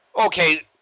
Okay